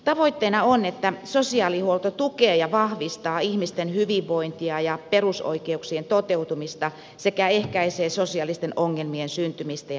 tavoitteena on että sosiaalihuolto tukee ja vahvistaa ihmisten hyvinvointia ja perusoikeuksien toteutumista sekä ehkäisee sosiaalisten ongelmien syntymistä ja lisääntymistä